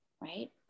right